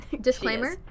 Disclaimer